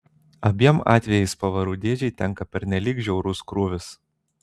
abiem atvejais pavarų dėžei tenka pernelyg žiaurus krūvis